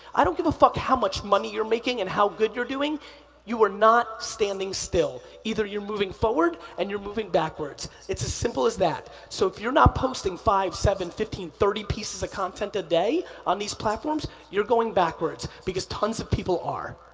i don't give a fuck how much money you're making and how good you're doing not standing still. either you're moving forward, and you're moving backwards. it's as simple as that. so if you're not posting five, seven, fifteen, thirty pieces of content a day on these platforms, you're going backwards, because tons of people are.